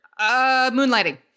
Moonlighting